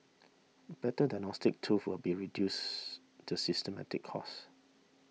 better diagnostics tools will be reduce the systemic cost